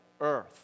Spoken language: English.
earth